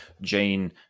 Jane